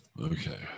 Okay